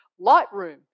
Lightroom